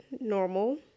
normal